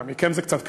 מכם זה קצת קשה,